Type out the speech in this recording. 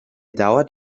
dauert